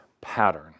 pattern